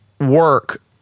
work